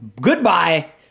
Goodbye